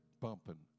bumping